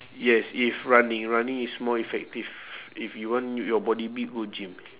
yes if running running is more effective if you want your body big go gym